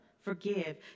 forgive